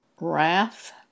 Wrath